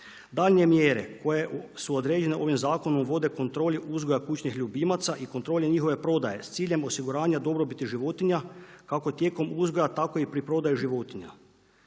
Daljnje mjere koje su određene ovim zakonom vode kontroli uzgoja kućnih ljubimaca i kontroli njihove prodaje s ciljem osiguranja dobrobiti životinja kako tijekom uzgoja, tako i pri prodaju životinja.